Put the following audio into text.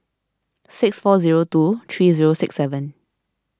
six four zero two three zero six seven